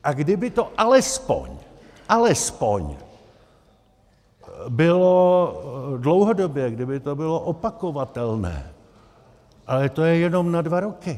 A kdyby to alespoň alespoň bylo dlouhodobě, kdyby to bylo opakovatelné, ale to je jenom na dva roky.